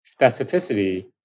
specificity